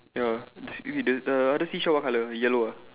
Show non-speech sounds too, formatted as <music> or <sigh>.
ya <noise> the the other seashell what colour yellow ah